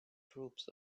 troops